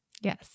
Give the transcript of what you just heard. Yes